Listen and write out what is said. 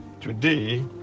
Today